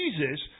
Jesus